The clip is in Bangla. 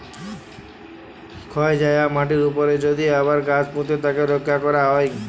ক্ষয় যায়া মাটির উপরে যদি আবার গাছ পুঁতে তাকে রক্ষা ক্যরা হ্যয়